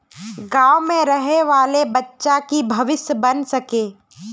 गाँव में रहे वाले बच्चा की भविष्य बन सके?